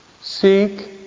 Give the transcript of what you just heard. Seek